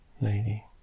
Lady